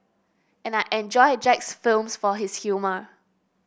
and I enjoy Jack's films for his humour